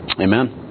Amen